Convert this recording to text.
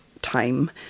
time